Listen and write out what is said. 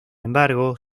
embargo